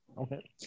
Okay